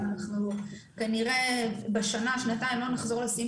אנחנו כנראה בשנה-שנתיים לא נחזור לשיאים